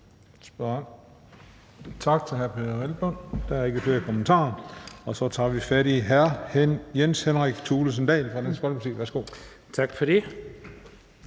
Tak